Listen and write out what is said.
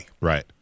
Right